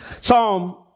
Psalm